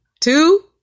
two